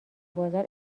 بازار